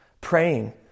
praying